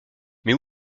mais